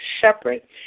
separate